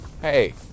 Hey